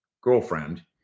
girlfriend